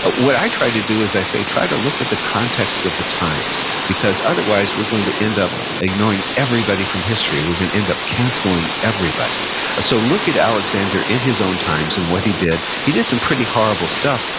but what i try to do is i say, try to look at the context of the times. because, otherwise, we're going to end up ignoring everybody from history. we're going to end up canceling everybody so, look at alexander in his own times and what he did, he did some pretty horrible stuff,